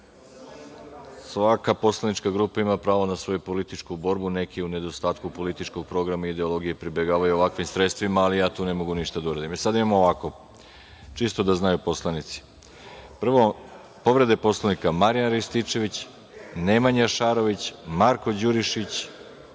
Svaka poslanička grupa ima pravo na svoju političku borbu, a neki u nedostatku političkog programa, ideologije pribegavaju ovakvim sredstvima, ali ja tu ne mogu ništa da uradim. Sada imamo ovako, čisto da znaju poslanici. Prvo, povrede Poslovnika, Marijan Rističević, Nemanja Šarović, Marko Đurišić